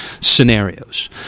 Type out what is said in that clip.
scenarios